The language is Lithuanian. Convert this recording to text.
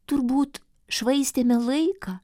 turbūt švaistėme laiką